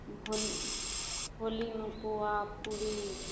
होली होलीमे पूआ पूड़ी